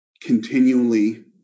continually